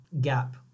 gap